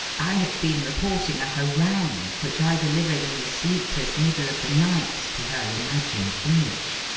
i have been reporting a harangue which i delivered in the sleepless middle of the night to her imagined image.